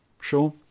sure